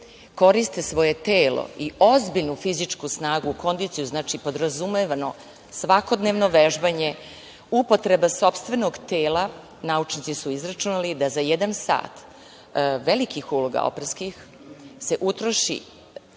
koriste svoje telo i ozbiljnu fizičku snagu, kondiciju, podrazumevano svakodnevno vežbanje, upotreba sopstvenog tela, naučnici su izračunali da za jedan sat velikih uloga operskih se utroši